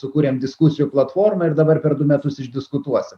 sukūrėm diskusijų platformą ir dabar per du metus išdiskutuosim